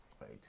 right